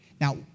Now